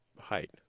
height